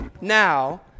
now